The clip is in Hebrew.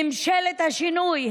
ממשלת השינוי,